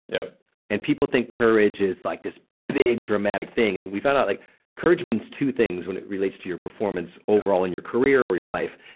yeah and people think courage is like this big dramatic thing and we found out like courage means two things when it relates to your performance overall in your career or your life.